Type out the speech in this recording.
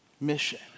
mission